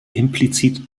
implizit